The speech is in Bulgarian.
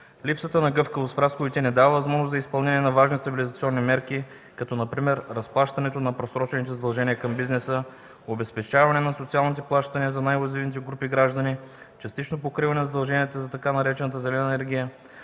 Липсата на гъвкавост в разходите не дава възможност за изпълнение на важни стабилизационни мерки, като например разплащането на просрочените задължения към бизнеса, обезпечаване на социалните плащания за най-уязвимите групи граждани, частично покриване на задълженията за така наречената зелена енергия,